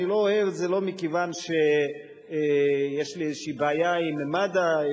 אני לא אוהב את זה לא מכיוון שיש לי איזושהי בעיה עם ארגון מד"א.